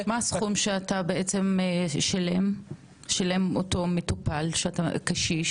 מה הסכום שמשלם אותו מטופל קשיש?